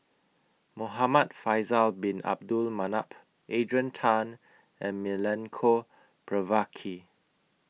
Muhamad Faisal Bin Abdul Manap Adrian Tan and Milenko Prvacki